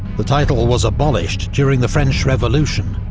the title was abolished during the french revolution,